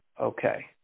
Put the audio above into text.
Okay